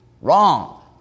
Wrong